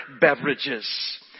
beverages